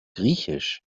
griechisch